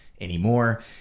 anymore